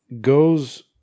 goes